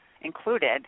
included